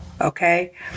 Okay